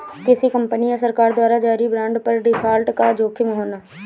किसी कंपनी या सरकार द्वारा जारी बांड पर डिफ़ॉल्ट का जोखिम होना